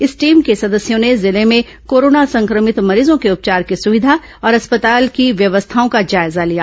इस टीम के सदस्यों ने जिले में कोरोना संक्रमित मरीजों के उपचार की सुविघा और अस्पताल की व्यवस्थाओं का जायजा लिया